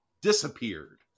disappeared